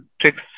tricks